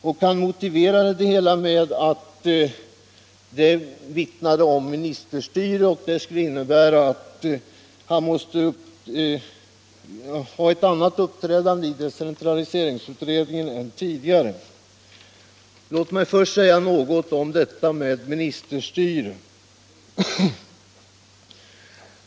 Detta motiverade herr Dahlgren med att reservationerna vittnade om ministerstyre och att det innebar att man måste uppträda på ett annat sätt än tidigare i decentraliseringsutredningen. Jag vill därför säga några ord om ministerstyre.